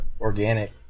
Organic